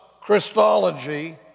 Christology